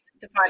define